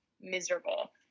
miserable